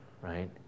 right